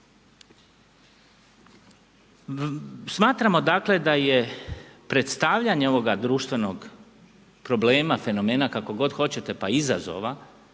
Smatramo dakle da je predstavljanje ovog društvenog problema, fenomena kako god hoćete, pa i izazova